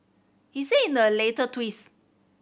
he said in a later tweets